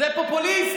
זה פופוליסט?